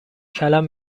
کلم